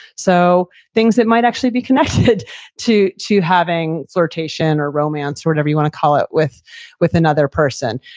so, things that might actually be connected to to having flirtation or romance, whatever you want to call it with with another person.